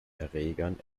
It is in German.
erregern